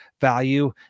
value